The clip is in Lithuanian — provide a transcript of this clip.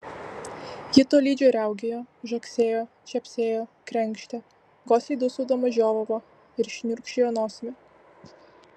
ji tolydžio riaugėjo žagsėjo čepsėjo krenkštė gosliai dūsaudama žiovavo ir šniurkščiojo nosimi